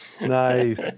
nice